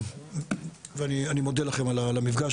ואני מודה לכם על המפגש,